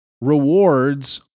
rewards